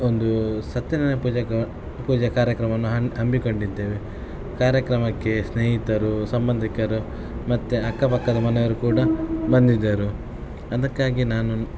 ಒಂದು ಸತ್ಯನಾರಾಯಣ ಪೂಜೆ ಪೂಜೆ ಕಾರ್ಯಕ್ರಮವನ್ನು ಹಮ್ಮಿ ಹಮ್ಮಿಕೊಂಡಿದ್ದೇವೆ ಕಾರ್ಯಕ್ರಮಕ್ಕೆ ಸ್ನೇಹಿತರು ಸಂಬಂಧಿಕರು ಮತ್ತು ಅಕ್ಕಪಕ್ಕದ ಮನೆಯವರು ಕೂಡ ಬಂದಿದ್ದರು ಅದಕ್ಕಾಗಿ ನಾನು